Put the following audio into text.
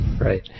Right